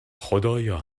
خدایا